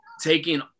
taking